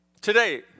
Today